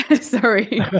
sorry